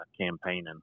campaigning